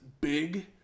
Big